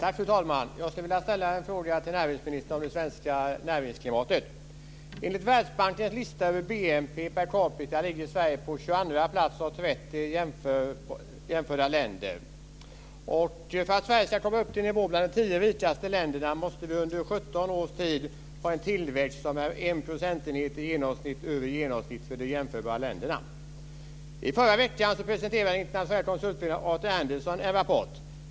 Fru talman! Jag skulle vilja ställa en fråga till näringsministern om det svenska näringsklimatet. Enligt Världsbankens lista över BNP per capita ligger Sverige på 22:a plats av 30 jämförda länder. För att Sverige ska komma upp i nivå med de tio rikaste länderna måste vi under 17 års tid ha en tillväxt som i genomsnitt är en procentenhet högre än genomsnittet för de jämförbara länderna. I förra veckan presenterade en internationell konsultfirma, Artur Andersen, en rapport.